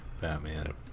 Batman